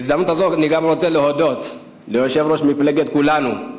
בהזדמנות הזאת אני רוצה להודות גם ליושב-ראש מפלגת כולנו,